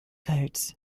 codes